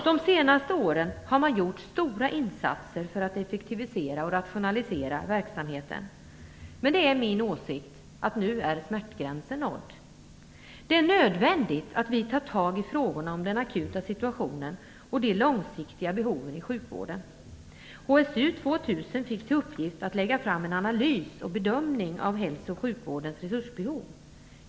De senaste åren har man gjort stora insatser för att effektivisera och rationalisera verksamheten. Men det är min åsikt att nu är smärtgränsen nådd. Det är nödvändigt att vi tar tag i frågorna om den akuta situationen och de långsiktiga behoven i sjukvården. HSU 2000 fick till uppgift att lägga fram en analys och bedömning av hälso och sjukvårdens resursbehov.